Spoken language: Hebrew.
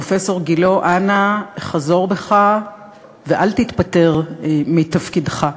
פרופסור גילה, אנא חזור בך ואל תתפטר מתפקידך.